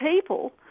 people